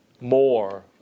more